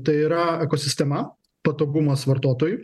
tai yra ekosistema patogumas vartotojui